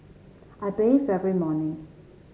I bathe every morning